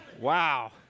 Wow